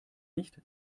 nicht